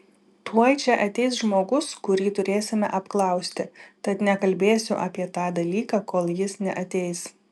tuoj čia ateis žmogus kurį turėsime apklausti tad nekalbėsiu apie tą dalyką kol jis neateis